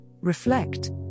reflect